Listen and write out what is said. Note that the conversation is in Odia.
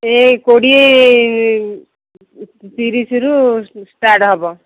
ଏହି କୋଡ଼ିଏ ତିରିଶରୁ ଷ୍ଟାର୍ଟ ହେବ